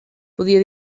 podia